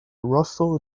russell